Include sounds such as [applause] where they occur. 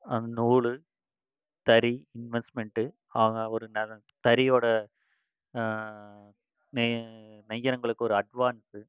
அந்நூல் தறி இன்வெஸ்ட்மெண்ட்டு [unintelligible] ஒரு நற தறியோடய நெ நெய்கிறவங்களுக்கு ஒரு அட்வான்ஸு